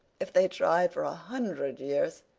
if they tried for a hundred years,